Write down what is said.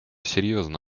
серьезно